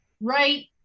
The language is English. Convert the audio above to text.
Right